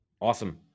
Awesome